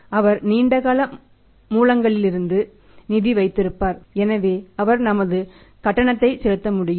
அவர் நீண்ட கால மூலங்களிலிருந்து நிதி வைத்திருப்பார் எனவே அவர் நமது கட்டணத்தைச் செலுத்த முடியும்